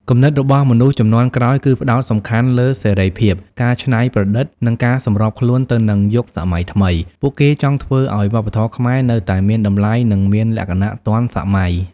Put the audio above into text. គំនិតរបស់មនុស្សជំនាន់ក្រោយគឺផ្តោតសំខាន់លើសេរីភាព ការច្នៃប្រឌិត និងការសម្របខ្លួនទៅនឹងយុគសម័យថ្មី។ ពួកគេចង់ធ្វើឲ្យវប្បធម៌ខ្មែរនៅតែមានតម្លៃនិងមានលក្ខណៈទាន់សម័យ។